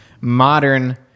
modern